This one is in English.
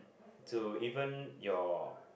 to even your